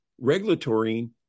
regulatory